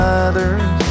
others